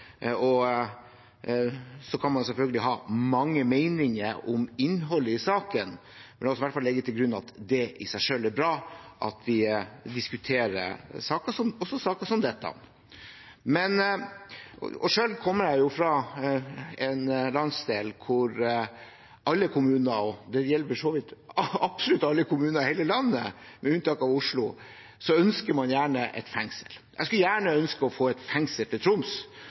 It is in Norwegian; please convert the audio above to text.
Så kan man selvfølgelig ha mange meninger om innholdet i saken, men jeg vil i hvert fall legge til grunn at det i seg selv er bra at vi diskuterer også saker som dette. Selv kommer jeg fra en landsdel hvor alle kommuner – og det gjelder for så vidt absolutt alle kommuner i hele landet, med unntak av Oslo – gjerne ønsker et fengsel. Jeg skulle gjerne ønske å få et fengsel til Troms,